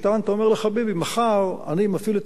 מחר אני מפעיל את ההסדר הזה מולך,